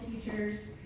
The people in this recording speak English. teachers